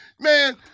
man